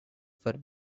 for